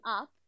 up